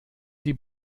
die